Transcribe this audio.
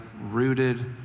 rooted